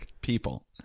People